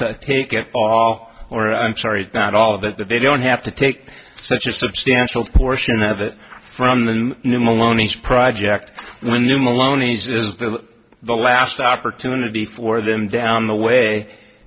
to take it all or i'm sorry not all of it but they don't have to take such a substantial portion of it from the new maloney's project when new maloney's is there the last opportunity for them down the way